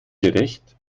gerecht